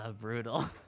Brutal